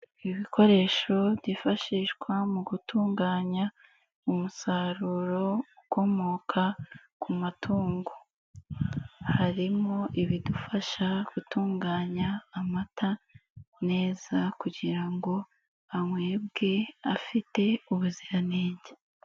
Ibikoresho byifashishwa mu gutunganya umusaruro ukomoka ku matungo, harimo ibidufasha gutunganya amata neza kugira ngo anywebwe, afite ubuziranenge.